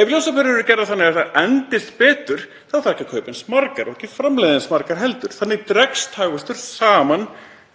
Ef ljósaperur eru gerðar þannig að þær endist betur þarf ekki að kaupa eins margar og ekki framleiða eins margar heldur. Þannig dregst hagvöxtur saman